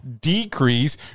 decrease